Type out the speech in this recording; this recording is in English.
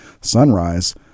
sunrise